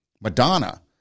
Madonna